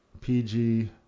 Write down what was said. PG